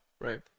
Right